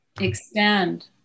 extend